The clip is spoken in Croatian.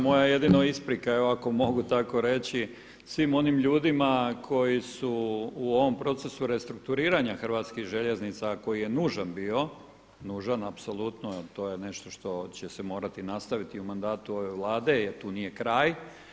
Moja jedino isprika je ako mogu tako reći svim onim ljudima koji su u ovom procesu restrukturiranja Hrvatskih željeznica, a koji je nužan bio, nužan apsolutno jer to je nešto što će se morati nastaviti i u mandatu ove Vlade jer tu nije kraj.